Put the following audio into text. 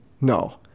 No